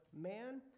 man